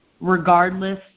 regardless